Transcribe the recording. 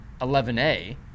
11A